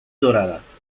doradas